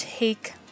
take